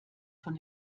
von